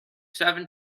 seven